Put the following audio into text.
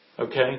Okay